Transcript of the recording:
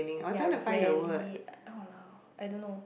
ya really !walao! I don't know